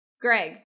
greg